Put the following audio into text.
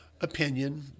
opinion